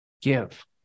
give